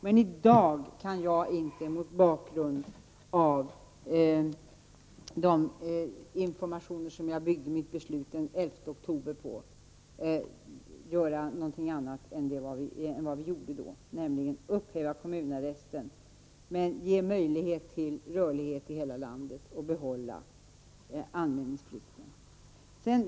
Men i dag kan jag inte, mot bakgrund av de informationer som jag byggde mitt beslut den 11 oktober på, göra någonting annat än vad vi gjorde då, nämligen upphäva kommunarresten och ge möjlighet till rörlighet i hela landet men behålla anmälningsplikten.